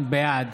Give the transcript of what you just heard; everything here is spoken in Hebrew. בעד